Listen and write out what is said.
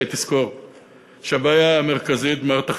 שי,